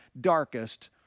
darkest